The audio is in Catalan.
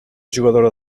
jugadora